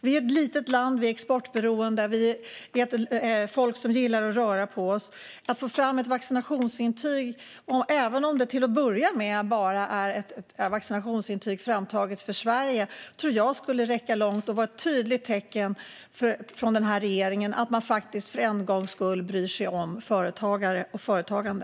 Vi är ett litet, exportberoende land, och vi är ett folk som gillar att röra på oss. Att få fram ett vaccinationsintyg, även om det till att börja med bara är ett vaccinationsintyg framtaget för Sverige, tror jag skulle räcka långt och vara ett tydligt tecken på att regeringen för en gångs skull faktiskt bryr sig om företagare och företagande.